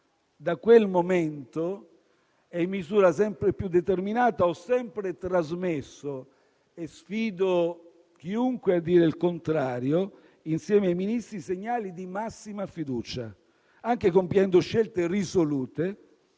Da quel momento e in misura sempre più determinata ho sempre trasmesso - e sfido chiunque a dire il contrario - insieme ai Ministri segnali di massima fiducia, anche compiendo scelte risolute